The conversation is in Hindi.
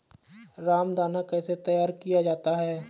रामदाना कैसे तैयार किया जाता है?